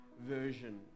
version